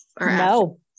No